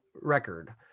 record